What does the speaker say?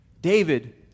David